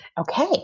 Okay